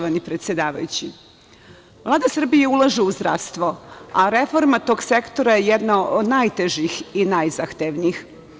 Vlada Srbije ulaže u zdravstvo, a reforma tog sektora je jedna od najtežih i najzahtevnijih.